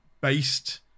based